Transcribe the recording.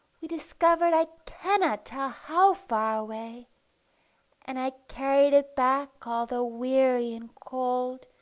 we discovered i cannot tell how far away and i carried it back although weary and cold,